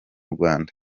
rwanda